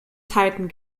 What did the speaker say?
zeiten